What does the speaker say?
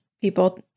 people